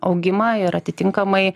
augimą ir atitinkamai